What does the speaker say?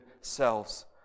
selves